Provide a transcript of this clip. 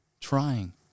trying